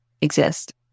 exist